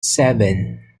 seven